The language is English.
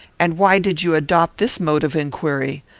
and why did you adopt this mode of inquiry?